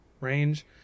range